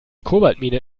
kobaltmine